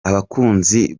abakunzi